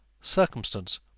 circumstance